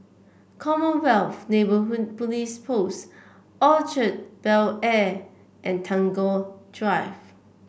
Commonwealth Neighbourhood Police Post Orchard Bel Air and Tagore Drive